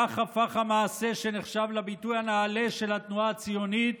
כך הפך המעשה שנחשב לביטוי הנעלה של התנועה הציונית